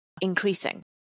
increasing